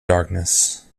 darkness